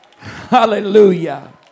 Hallelujah